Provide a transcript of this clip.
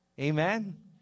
Amen